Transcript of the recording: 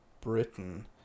britain